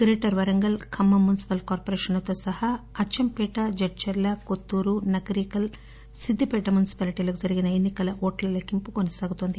greater Warangal Khammam municipal కార్పొరేషన్లతో సహా అచ్చంపేటజడ్చర్ల కొత్తూరు నకిరేకల్ సిద్ధిపేట మునిసిపాలిటీలకు జరిగిన ఎన్ని కల ఓట్ల లెక్కింపుకొనసాగుతోంది